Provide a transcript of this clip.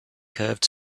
curved